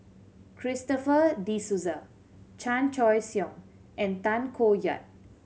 Christopher De Souza Chan Choy Siong and Tay Koh Yat